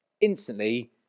Instantly